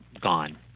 gone